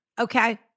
Okay